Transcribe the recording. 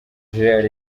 gerald